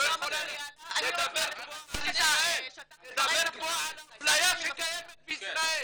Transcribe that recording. אבל היא לא יכולה לדבר גבוהה על אפליה שקיימת בישראל.